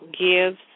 gives